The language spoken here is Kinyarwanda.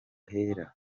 hera